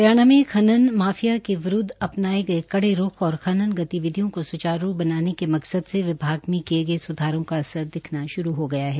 हरियाणा में खनन माफिया के विरूद्ध अपनाये गये कड़े रूख और खनन गतिविधियों को सुचारू बनाने के मकसद से विभाग में किये गये सुधारों का असर दिखना श्रू हो गया है